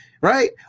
Right